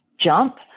jump